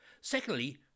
Secondly